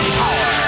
power